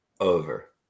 Over